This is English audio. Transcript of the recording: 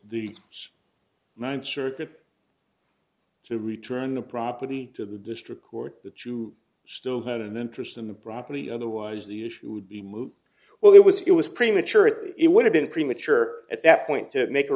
just the circuit to return the property to the district court that you still had an interest in the property otherwise the issue would be moot well it was it was premature it would have been premature at that point to make a